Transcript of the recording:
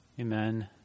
Amen